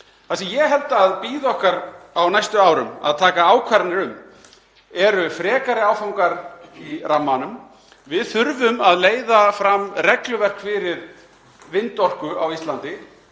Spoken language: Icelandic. Það sem ég held að bíði okkar á næstu árum að taka ákvarðanir um eru frekari áfangar í rammanum. Við þurfum að leiða fram regluverk fyrir vindorku á Íslandi